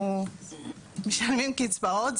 אנחנו משלמים קצבאות,